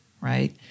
right